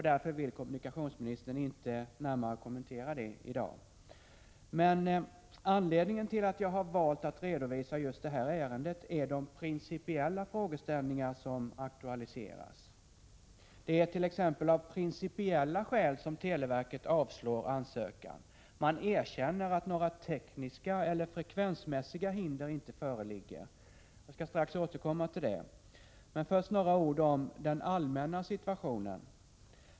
Därför vill kommunikationsministern inte närmare kommentera det i dag. Anledningen till att jag har valt att redovisa just det här ärendet är de principiella frågeställningar som aktualiseras. Det ärt.ex. av principiella skäl som televerket avslår ansökan. Man erkänner att några tekniska eller frekvensmässiga hinder inte föreligger. Jag skall strax återkomma till det. Men först några ord om den allmänna situationen.